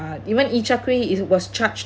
even you char kway it was charged